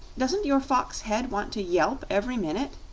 doesn't your fox head want to yelp every minute?